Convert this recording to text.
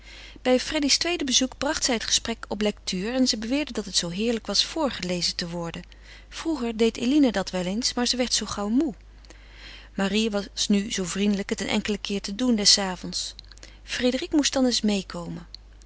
bij freddy's tweede bezoek bracht zij het gesprek op lectuur en ze beweerde dat het zoo heerlijk was voorgelezen te worden vroeger deed eline dat wel eens maar ze werd zoo gauw moê marie was nu zoo vriendelijk het een enkelen keer te doen des avonds frédérique moest dan eens meêkomen